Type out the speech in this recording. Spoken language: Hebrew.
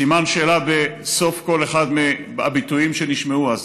סימן שאלה בסוף כל אחד מהביטויים שנשמעו אז.